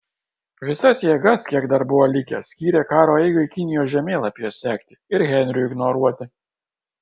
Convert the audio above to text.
visas jėgas kiek dar buvo likę skyrė karo eigai kinijos žemėlapyje sekti ir henriui ignoruoti